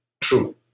true